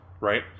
right